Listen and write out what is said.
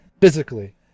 physically